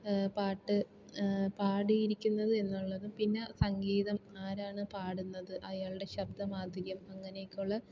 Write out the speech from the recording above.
പാട്ട് പാടിയിരിക്കുന്നത് എന്നുള്ളത് പിന്നെ സംഗീതം ആരാണ് പാടുന്നത് അയാളുടെ ശബ്ദ മാധുര്യം അങ്ങനെയൊക്കെ ഉള്ള